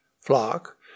flock